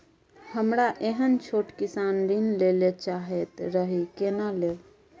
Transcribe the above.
हमरा एहन छोट किसान ऋण लैले चाहैत रहि केना लेब?